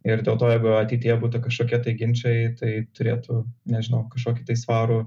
ir dėl to jeigu ateityje būtų kažkokie tai ginčai tai turėtų nežinau kažkokį tai svarų